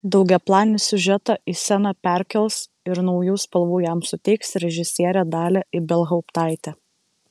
daugiaplanį siužetą į sceną perkels ir naujų spalvų jam suteiks režisierė dalia ibelhauptaitė